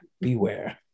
beware